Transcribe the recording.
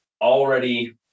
already